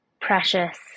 precious